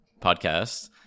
podcast